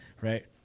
right